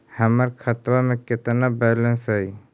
हमर खतबा में केतना बैलेंस हई?